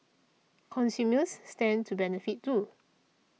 consumers stand to benefit too